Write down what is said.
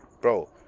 Bro